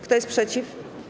Kto jest przeciw?